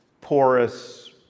porous